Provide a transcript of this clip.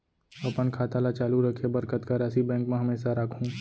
अपन खाता ल चालू रखे बर कतका राशि बैंक म हमेशा राखहूँ?